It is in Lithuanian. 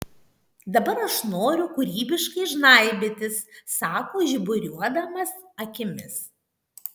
dabar aš noriu kūrybiškai žnaibytis sako žiburiuodamas akimis